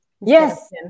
Yes